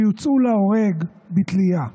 שהוצאו להורג בתלייה.